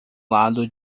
lado